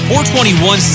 421